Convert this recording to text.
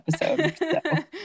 episode